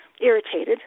Irritated